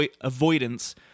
avoidance